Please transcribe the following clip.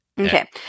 Okay